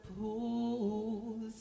pools